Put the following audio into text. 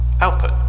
Output